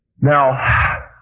Now